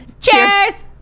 Cheers